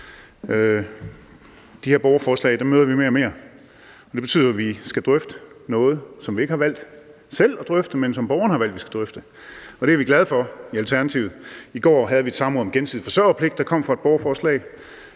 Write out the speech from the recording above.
De her borgerforslag møder vi mere og mere, og det betyder jo, at vi skal drøfte noget, som vi ikke selv har valgt at drøfte, men som borgerne har valgt at vi skal drøfte, og det er vi glade for i Alternativet. I går havde vi et samråd om gensidig forsørgerpligt, der kom på baggrund af et borgerforslag.